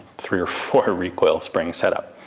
three or four recoil spring setup.